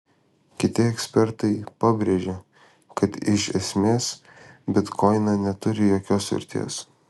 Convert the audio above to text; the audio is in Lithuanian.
kiti ekspertai pabrėžia kad iš esmės bitkoinai neturi jokios vertės